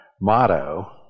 motto